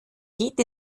geht